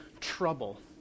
trouble